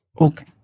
Okay